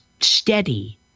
steady